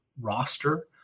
roster